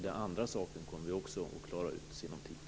Den andra saken kommer vi också att klara ut i sinom tid.